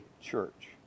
church